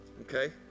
okay